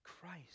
Christ